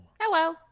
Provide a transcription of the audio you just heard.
Hello